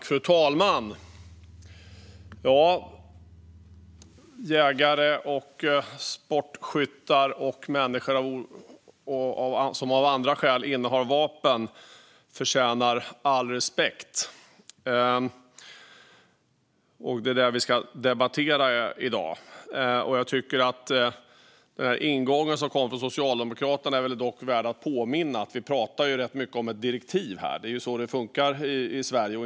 Fru talman! Jägare, sportskyttar och människor som av andra skäl innehar vapen förtjänar all respekt. Det är detta som vi ska debattera i dag. När det gäller ingången som kom från Socialdemokraterna är det värt att påminna om att vi pratar rätt mycket om ett direktiv här. Det är så det funkar i Sverige.